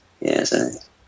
Yes